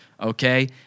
okay